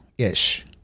ish